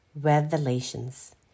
revelations